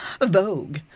Vogue